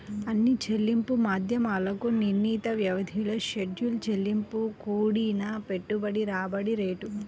అన్ని చెల్లింపు బాధ్యతలకు నిర్ణీత వ్యవధిలో షెడ్యూల్ చెల్లింపు కూడిన పెట్టుబడి రాబడి రేటు